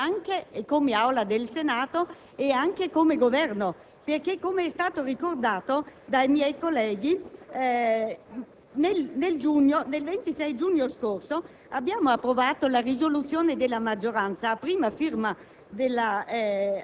chiesto e ottenuto un'indicazione da parte del Governo molto importante per quanto riguarda le nostre piccole imprese circa, in particolare, la presunzione semplice degli studi di settore e degli indicatori di economicità.